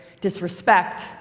Disrespect